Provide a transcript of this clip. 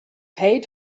paid